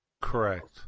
Correct